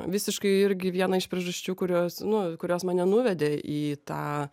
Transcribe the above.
visiškai irgi viena iš priežasčių kurios nu kurios mane nuvedė į tą